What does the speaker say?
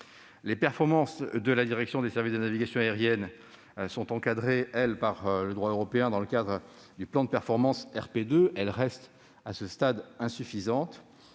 Les performances de la direction des services de la navigation aérienne (DSNA), encadrées par le droit européen dans le cadre du plan de performance RP2, restent, à ce stade, insuffisantes.